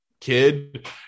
kid